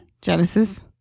Genesis